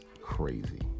crazy